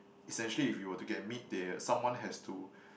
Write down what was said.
essentially if you were to get meat there someone has to